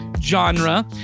genre